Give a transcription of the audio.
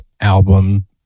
album